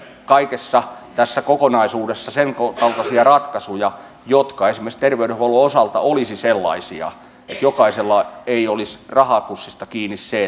kaikessa tässä kokonaisuudessa senkaltaisia ratkaisuja jotka esimerkiksi terveydenhuollon osalta olisivat sellaisia että ei olisi rahapussista kiinni se